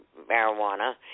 marijuana